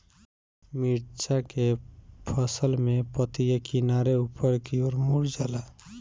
मिरचा के फसल में पतिया किनारे ऊपर के ओर मुड़ जाला?